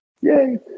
Yay